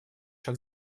шаг